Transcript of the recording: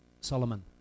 Solomon